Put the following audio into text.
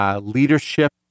Leadership